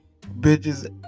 bitches